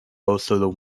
also